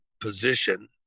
position